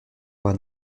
vingt